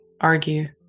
argue